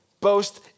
boast